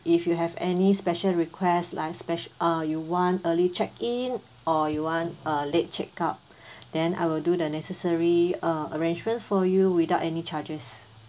if you have any special requests like spec~ uh you want early check-in or you want uh late check-out then I will do the necessary uh arrangements for you without any charge